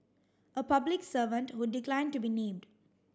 a public servant who declined to be named